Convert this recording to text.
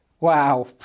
Wow